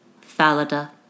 Falada